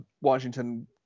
Washington